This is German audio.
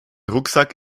rucksack